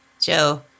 Joe